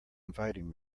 inviting